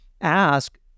ask